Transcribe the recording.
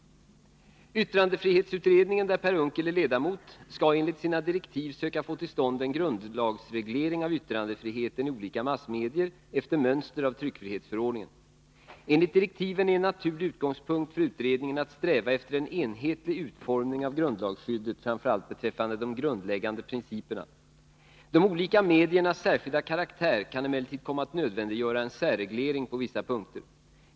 Yttrandefrihetsutredningen , där Per Unckel är ledamot, skall enligt sina direktiv söka få till stånd en grundlagsreglering av yttrandefriheten i olika massmedier efter mönster av tryckfrihetsförordningen. Enligt direktiven är en naturlig utgångspunkt för utredningen att sträva efter en enhetlig utformning av grundlagsskyddet, framför allt beträffande de grundläggande principerna. De olika mediernas särskilda karaktär kan emellertid komma att nödvändiggöra en särreglering på vissa punkter.